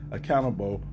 accountable